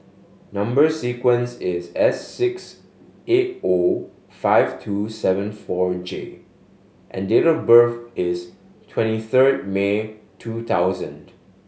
number sequence is S six eight O five two seven four J and date of birth is twenty third May two thousand